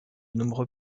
nombreux